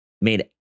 made